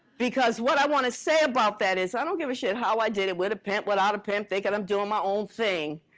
because what i want to say about that is, i don't give a shit how i did it, with a pimp, without a pimp, thinking i'm doing my own thing.